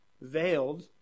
Veiled